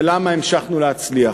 ולמה המשכנו להצליח?